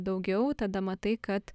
daugiau tada matai kad